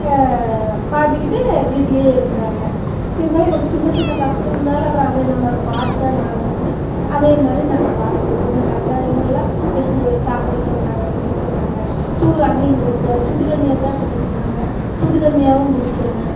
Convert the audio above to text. பார்த்துகிட்டு வீட்லையே இருந்தாங்க இருந்தாலும் ஒரு சின்ன சின்ன கஷ்டம் இருந்தாலும் அப்புறம் அதை நம்ம அதை பார்த்துதான ஆவனங்கன்னு அதே மாதிரி நாங்கள் பார்த்துகிட்டோம் இந்த கசாயம்மல்லா வச்சு சாப்பிட சொன்னாங்க குடிக்க சொன்னாங்க சுடு அதையும் குடிச்சோம் சுடுதண்ணியைதான் குடிக்குனுன்னாங்க சுடுதண்ணியாகவும் குடிச்சோங்க